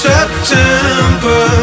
September